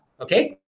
Okay